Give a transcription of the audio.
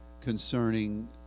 concerning